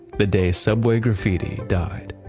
the day subway graffiti died